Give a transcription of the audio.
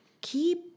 keep